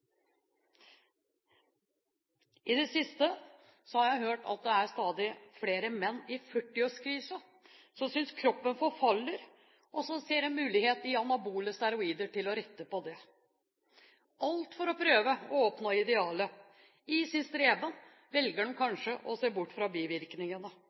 I det siste har jeg hørt at det er stadig flere menn i førtiårskrisen, som synes kroppen forfaller, som ser en mulighet i anabole steroider til å rette på det – alt for å prøve å oppnå idealet. I sin streben velger